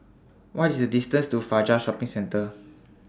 What IS The distance to Fajar Shopping Centre